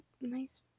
nice